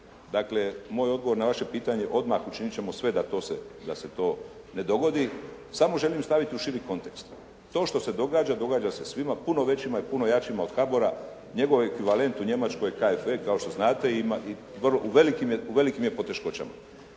dakle moj odgovor na vaše pitanje odmah učiniti ćemo sve da se to ne dogodi, samo želim staviti u širi kontekst. To što se događa, događa se svima, puno većima i puno jačima od HABOR-a. Njegov ekvivalent u Njemačkoj KFV kao što znate ima, u velikim je poteškoćama.